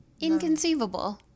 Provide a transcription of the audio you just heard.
Inconceivable